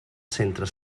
centres